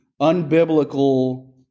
unbiblical